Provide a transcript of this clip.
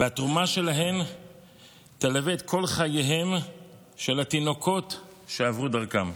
והתרומה שלהן תלווה את כל חייהם של התינוקות שעברו דרכן.